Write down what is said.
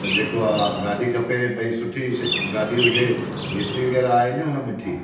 त जेको आहे गाॾी खपे भाई सुठी श गाॾी हुजे एसी वग़ैरह आहे नी उन मिठी